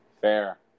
Fair